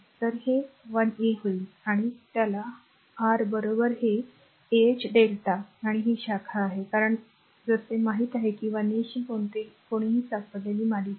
तर ते 1a होईल आणि त्या r बरोबर ही ah lrmΔ आणि ही शाखा आहे कारण जसे माहित आहे 1a शी काहीतरी सापडेल मालिकेत